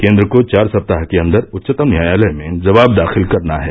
केन्द्र को चार सप्ताह के अंदर उच्चतम न्यायालय में जवाब दाखिल करना है